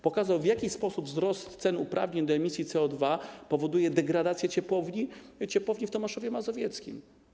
Pokazał, w jaki sposób wzrost cen uprawnień do emisji CO2 powoduje degradację ciepłowni w Tomaszowie Mazowieckim.